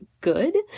good